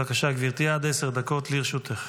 בבקשה, גברתי, עד עשר דקות לרשותך.